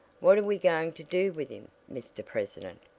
what are we going to do with him, mr. president?